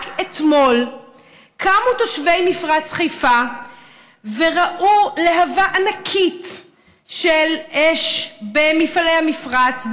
רק אתמול קמו תושבי מפרץ חיפה וראו להבה ענקית של אש במפעלי המפרץ,